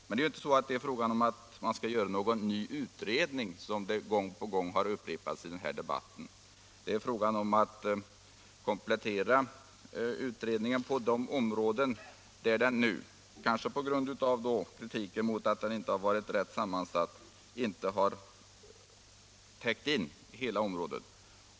Men det är ju inte fråga om att göra någon ny utredning —- det har gång på gång upprepats i denna debatt — utan det är fråga om att komple'tera utredningen på det område där den nu, kanske på grund av kritik mot att den inte varit rätt sammansatt, inte har täckt in allt.